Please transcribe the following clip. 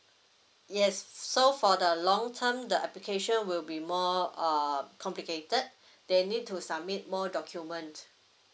yes so for the long term the application will be more err complicated they need to submit more document